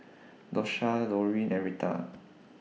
Dosha Dorene and Retta